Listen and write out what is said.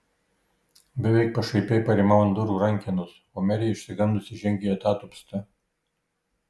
beveik pašaipiai parimau ant durų rankenos o merė išsigandusi žengė atatupsta